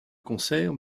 concert